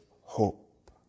hope